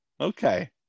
Okay